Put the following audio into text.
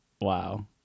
Wow